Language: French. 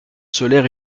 solaire